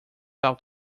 out